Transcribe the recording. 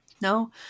No